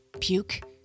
Puke